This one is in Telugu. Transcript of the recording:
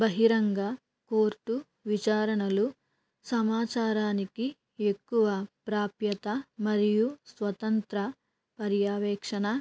బహిరంగ కోర్టు విచారణలు సమాచారానికి ఎక్కువ ప్రాప్యత మరియు స్వతంత్ర పర్యవేక్షణ